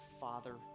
Father